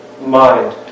mind